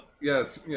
Yes